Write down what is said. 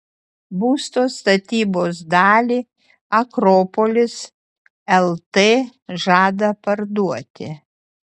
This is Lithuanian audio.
būsto statybos dalį akropolis lt žada parduoti